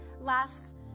last